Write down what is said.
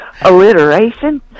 alliteration